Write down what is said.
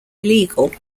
illegal